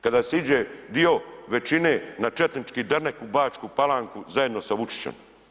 Kada se iđe dio većine na četnički dernek u Bačku Palanku zajedno sa Vučićem.